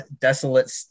desolate